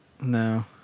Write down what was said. No